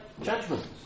judgments